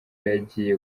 yagiye